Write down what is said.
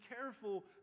careful